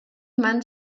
man